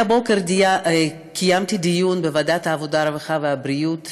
בבוקר קיימתי דיון בוועדת העבודה, הרווחה והבריאות